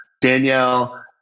Danielle